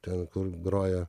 ten kur groja